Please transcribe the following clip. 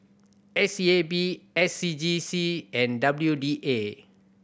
S E A B S C G C and W D A